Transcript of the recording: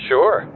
Sure